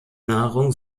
nahrung